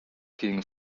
gegen